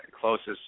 closest